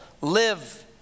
live